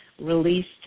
released